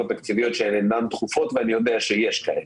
התקציביות שאינן דחופות ואני יודע שיש כאלה.